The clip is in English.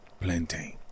plantain